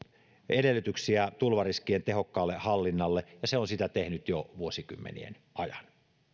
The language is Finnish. edellytyksiä tulvariskien tehokkaalle hallinnalle ja se on sitä tehnyt jo vuosikymmenien ajan